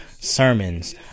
sermons